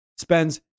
spends